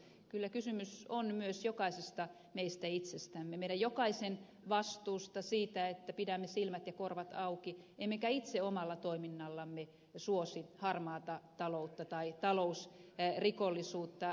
kyllä kysymys on myös jokaisesta meistä itsestämme meidän jokaisen vastuusta siitä että pidämme silmät ja korvat auki emmekä itse omalla toiminnallamme suosi harmaata taloutta tai talousrikollisuutta